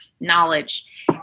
knowledge